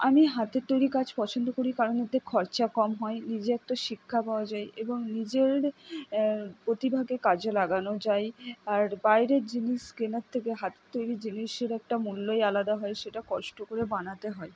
আমি হাতের তৈরি কাজ পছন্দ করি কারণ এতে খরচা কম হয় নিজে একটা শিক্ষা পাওয়া যায় এবং নিজের প্রতিভাকে কাজে লাগানো যায় আর বাইরের জিনিস কেনার থেকে হাতের তৈরি জিনিসের একটা মূল্যই আলাদা হয় সেটা কষ্ট করে বানাতে হয়